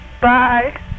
Bye